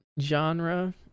genre